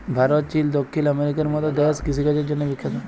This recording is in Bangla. ভারত, চিল, দখ্খিল আমেরিকার মত দ্যাশ কিষিকাজের জ্যনহে বিখ্যাত